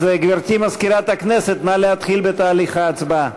גברתי מזכירת הכנסת, נא להתחיל בתהליך ההצבעה.